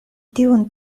tiun